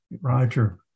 Roger